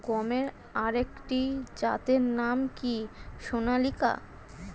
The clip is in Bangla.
গমের আরেকটি জাতের নাম কি সোনালিকা?